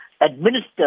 administer